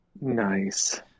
Nice